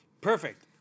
Perfect